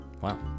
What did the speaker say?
Wow